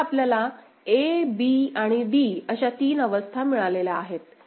तर आता आपल्याला a b आणि d अशा तीन अवस्था मिळालेल्या आहेत